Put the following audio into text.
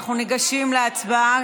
אנחנו ניגשים להצבעה.